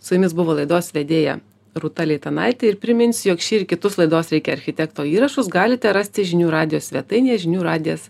su jumis buvo laidos vedėja rūta leitanaitė ir priminsiu jog šį ir kitus laidos reikia architekto įrašus galite rasti žinių radijo svetainėje žinių radijas